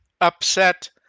upset